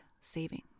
saving